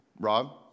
Rob